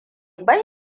ban